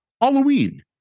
Halloween